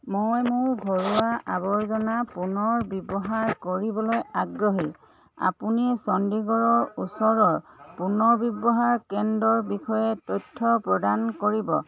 মই মোৰ ঘৰুৱা আৱৰ্জনা পুনৰ ব্যৱহাৰ কৰিবলৈ আগ্ৰহী আপুনি চণ্ডীগড়ৰ ওচৰৰ পুনৰ্ব্যৱহাৰ কেন্দ্ৰৰ বিষয়ে তথ্য প্ৰদান কৰিব